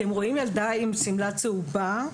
אתם רואים ילדה עם שמלה צהובה,